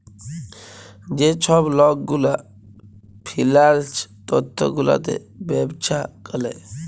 যে ছব লক গুলা ফিল্যাল্স তথ্য গুলাতে ব্যবছা ক্যরে